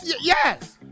Yes